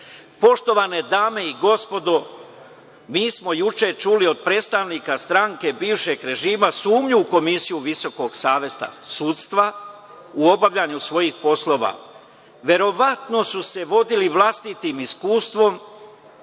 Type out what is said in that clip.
sudija. Poštovane dame i gospodo, juče smo čuli od predstavnika stranke bivšeg režima sumnje u Komisiju Visokog saveta sudstva u obavljanju svojih poslova. Verovatno su se vodili vlastitim iskustvom,